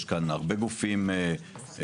יש כאן הרבה גופים סביבתיים,